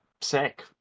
sick